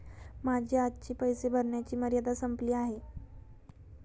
माझी आजची पैसे भरण्याची मर्यादा संपली आहे